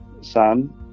son